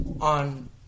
on